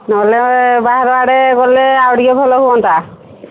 ନ ହେଲେ ବାହାର ଆଡ଼େ ଗଲେ ଆଉ ଭଲ ହୁଅନ୍ତା